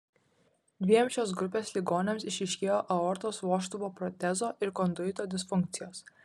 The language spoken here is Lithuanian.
dviem šios grupės ligoniams išryškėjo aortos vožtuvo protezo ir konduito disfunkcijos